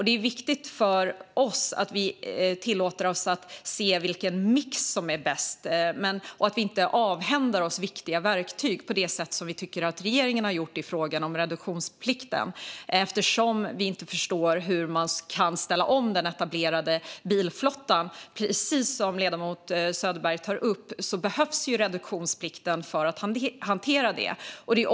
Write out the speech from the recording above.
Det är viktigt för oss att vi tillåter oss att se vilken mix som är bäst och att vi inte avhänder oss viktiga verktyg på det sätt som vi tycker att regeringen har gjort i frågan om reduktionsplikten, eftersom vi inte förstår hur man annars kan ställa om den etablerade bilflottan. Reduktionsplikten behövs ju för att hantera det, precis som ledamoten Söderberg tog upp.